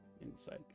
inside